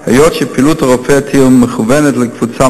היות שפעילות הרופא תהיה מכוונת לקבוצה